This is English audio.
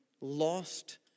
lost